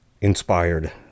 inspired